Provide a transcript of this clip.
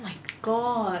oh my god